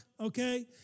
okay